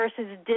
versus